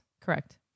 correct